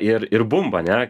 ir ir bumba ane